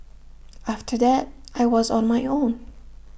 after that I was on my own